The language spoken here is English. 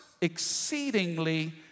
exceedingly